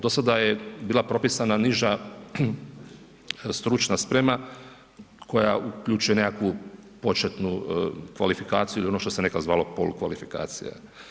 Do sada je bila propisana niža stručna sprema koja uključuje nekakvu početnu kvalifikaciju ili ono što se nekad zvalo polukvalifikacija.